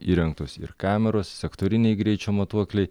įrengtos ir kameros sektoriniai greičio matuokliai